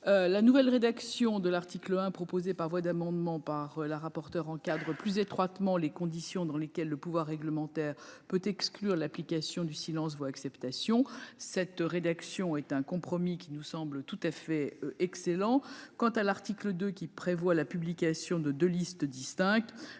La nouvelle rédaction de l'article 1, proposée par voie d'amendement par Mme le rapporteur, encadre plus étroitement les conditions dans lesquelles le pouvoir réglementaire peut exclure l'application du silence vaut acceptation. Cette rédaction de compromis nous semble excellente. À l'article 2, qui prévoit la publication de deux listes distinctes,